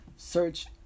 search